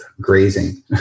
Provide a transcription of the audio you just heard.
grazing